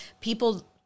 People